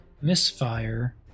misfire